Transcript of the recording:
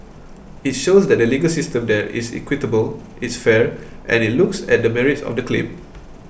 it shows that the legal system there is equitable it's fair and it looks at the merits of the claim